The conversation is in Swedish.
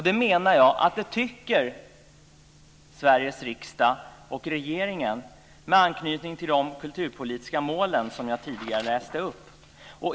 Det menar jag att Sveriges riksdag och regeringen tycker, med anknytning till de kulturpolitiska mål som jag tidigare läste upp.